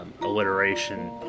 alliteration